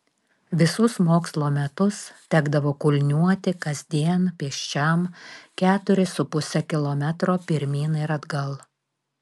visus mokslo metus tekdavo kulniuoti kasdien pėsčiam keturis su puse kilometro pirmyn ir atgal